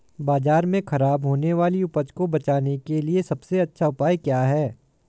बाजार में खराब होने वाली उपज को बेचने के लिए सबसे अच्छा उपाय क्या हैं?